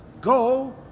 go